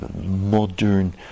modern